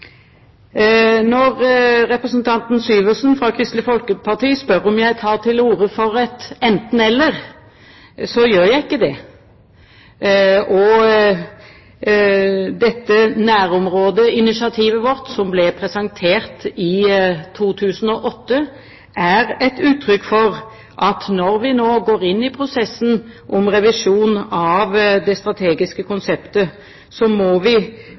Representanten Syversen fra Kristelig Folkeparti spør om jeg tar til orde for et enten–eller. Jeg gjør ikke det. Nærområdeinitiativet vårt, som ble presentert i 2008, er et uttrykk for at når vi nå går inn i prosessen om revisjon av det strategiske konseptet, må vi